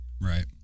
Right